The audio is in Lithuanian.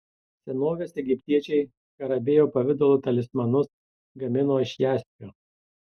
senovės egiptiečiai skarabėjo pavidalo talismanus gamino iš jaspio